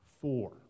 Four